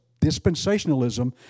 dispensationalism